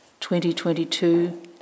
2022